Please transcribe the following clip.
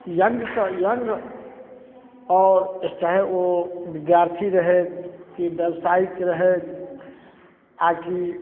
यङ्गसँ young आओर चाहे ओ विद्यार्थी रहथि कि बेवसाइक रहथि आओर कि